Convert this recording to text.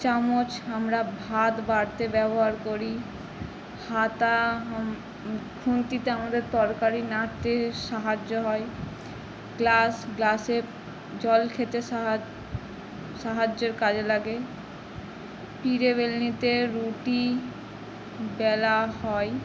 চামচ আমরা ভাত বাড়তে ব্যবহার করি হাতা খুন্তিতে আমাদের তরকারি নাড়তে সাহায্য হয় গ্লাস গ্লাসে জল খেতে সাহা সাহায্যের কাজে লাগে পিঁড়ে বেলনিতে রুটি বেলা হয়